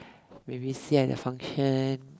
maybe see how they function